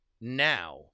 now